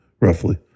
roughly